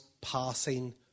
passing